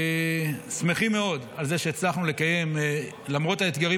ושמחים מאוד על זה שהצלחנו לקיים למרות האתגרים